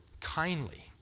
kindly